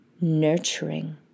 nurturing